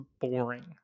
boring